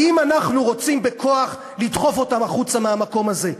האם אנחנו רוצים בכוח לדחוף אותם החוצה מהמקום הזה?